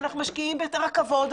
אנחנו משקיעים ביותר רכבות,